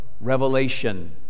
Revelation